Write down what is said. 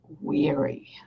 weary